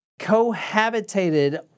cohabitated